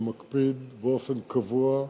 שמקפיד באופן קבוע,